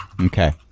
Okay